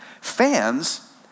Fans